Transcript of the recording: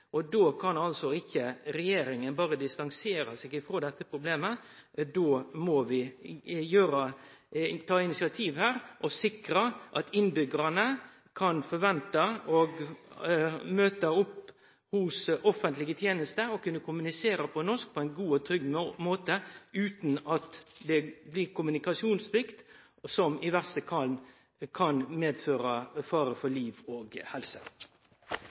og då kan ikkje regjeringa berre distansere seg frå dette problemet. Då må vi ta initiativ her og sikre at innbyggjarane kan møte opp hos offentlege tenestefolk og vente å kunne kommunisere på norsk på ein god og trygg måte utan at det blir kommunikasjonssvikt som i verste fall kan medføre fare for liv og helse.